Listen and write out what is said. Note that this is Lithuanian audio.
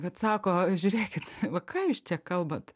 kad sako žiūrėkit va ką jūs čia kalbat